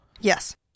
Yes